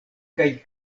kaj